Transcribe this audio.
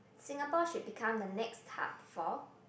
Singapore should become the next hub for